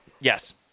yes